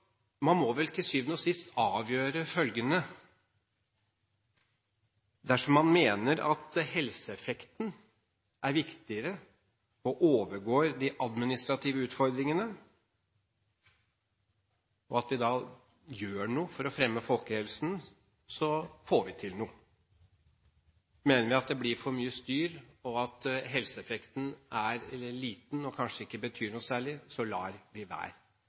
Man må vel til syvende og sist avgjøre følgende: Dersom man mener at helseeffekten er viktigere og overgår de administrative utfordringene, og at vi gjør noe for å fremme folkehelsen, får vi til noe. Mener vi at det blir for mye styr, og at helseeffekten er liten og kanskje ikke betyr noe særlig, lar vi det være.